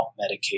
medication